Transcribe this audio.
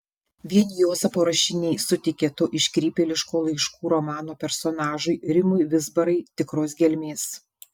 vien juozapo rašiniai suteikė to iškrypėliško laiškų romano personažui rimui vizbarai tikros gelmės